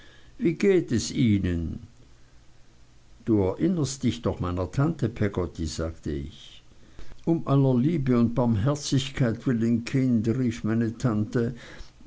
wie geht es ihnen du erinnerst dich doch meiner tante peggotty sagte ich um aller liebe und barmherzigkeit willen kind rief meine tante